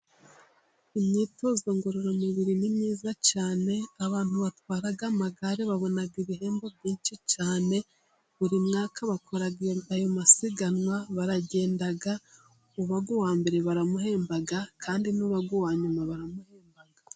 Imyitozo ngororamubiri ni myiza cyane, abantu batwara amagare babona ibihembo byinshi cyane, buri mwaka bakora ayo masiganwa, baragenda, uba uwa mbere baramuhemba, kandi n'uba uwa nyuma baramuhemba.